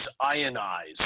ionized